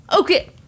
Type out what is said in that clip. Okay